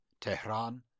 Tehran